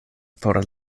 por